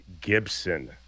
Gibson